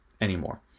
anymore